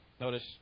Notice